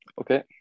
Okay